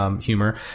humor